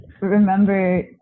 remember